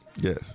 Yes